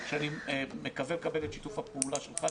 אני מקווה לקבל את שיתוף הפעולה שלך,